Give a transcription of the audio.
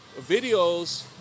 videos